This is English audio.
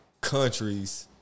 countries